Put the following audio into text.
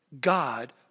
God